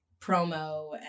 promo